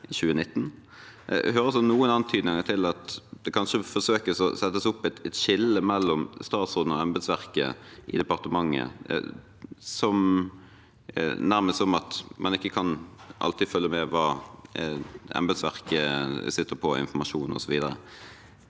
Jeg hører også noen antydninger til at det kan forsøkes å settes opp et skille mellom statsråden og embetsverket i departementet, nærmest som om man ikke alltid kan følge med på hva embetsverket sitter på av informasjon, osv.